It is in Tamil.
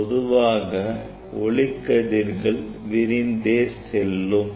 பொதுவாக ஒளி கதிர்கள் விரிந்தே செல்லும்